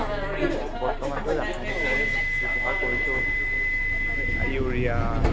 আমি বৰ্তমানতো ৰাসায়নিক সাৰে ব্যৱহাৰ কৰিছোঁ ইউৰিয়া